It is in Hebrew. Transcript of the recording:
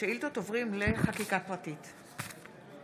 שהדיאלוג הזה יימשך ונוכל לראות כיצד אנחנו ממשיכים בעידוד